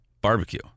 barbecue